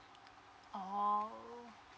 oh